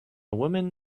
woman